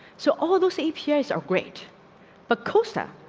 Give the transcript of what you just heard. so all those ap guys are great but costa.